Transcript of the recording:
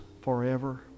forever